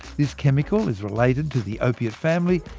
this chemical is related to the opiate family,